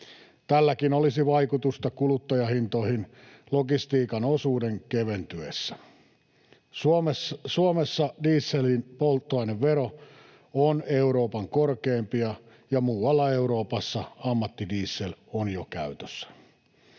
Tälläkin olisi vaikutusta kuluttajahintoihin logistiikan osuuden keventyessä. Suomessa dieselin polttoainevero on Euroopan korkeimpia, ja muualla Euroopassa ammattidiesel on jo käytössä.